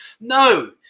no